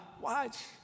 Watch